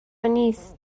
نیست